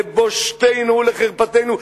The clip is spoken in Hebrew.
לבושתנו ולחרפתנו,